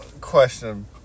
question